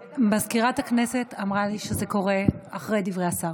מזכירת הכנסת אמרה לי שזה קורה אחרי דברי השר.